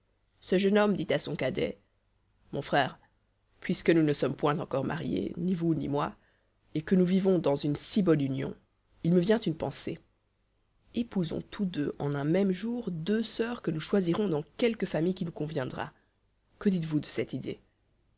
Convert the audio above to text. ce jeune homme dit à son cadet mon frère puisque nous ne sommes point encore mariés ni vous ni moi et que nous vivons dans une si bonne union il me vient une pensée épousons tous deux en un même jour deux soeurs que nous choisirons dans quelque famille qui nous conviendra que dites-vous de cette idée